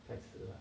太迟了